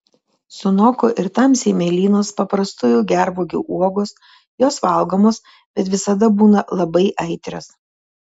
sunoko ir tamsiai mėlynos paprastųjų gervuogių uogos jos valgomos bet visada būna labai aitrios